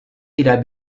tidak